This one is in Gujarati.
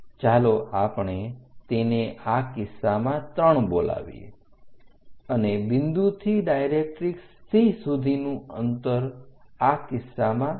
ચાલો આપણે તેને આ કિસ્સામાં 3 બોલાવીએ અને બિંદુથી ડાયરેક્ટરીક્ષ C સુધીનું અંતર આ કિસ્સામાં 4 છે